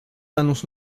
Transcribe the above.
annonce